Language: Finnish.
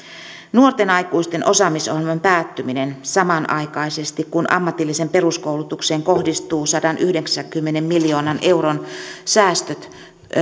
nuorten aikuisten osaamisohjelman päättyminen samanaikaisesti kun ammatilliseen peruskoulutukseen kohdistuvat sadanyhdeksänkymmenen miljoonan euron säästöt